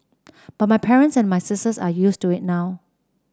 but my parents and my sisters are used to it now